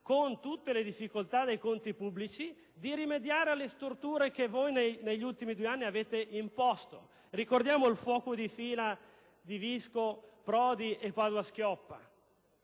con tutte le difficoltà dei conti pubblici, di rimediare alle storture che voi negli ultimi due anni avete imposto. Ricordiamo il fuoco di fila di Visco, Prodi e Padoa-Schioppa: